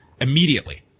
immediately